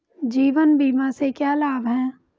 जीवन बीमा से क्या लाभ हैं?